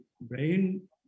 brain